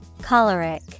Choleric